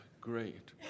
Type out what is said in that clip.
Great